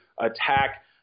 attack